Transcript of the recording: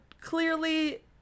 clearly